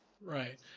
Right